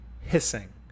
hissing